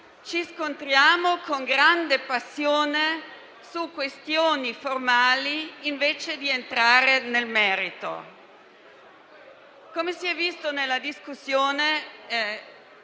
Ci scontriamo con grande passione su questioni formali invece di entrare nel merito. Come emerso dalla discussione,